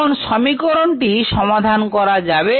এখন সমীকরণটি সমাধান করা যাবে